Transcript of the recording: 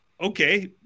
okay